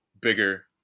bigger